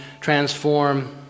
transform